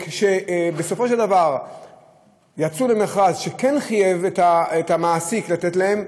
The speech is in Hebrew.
כשבסופו של דבר יצאו למכרז שכן חייב את המעסיק לתת להם,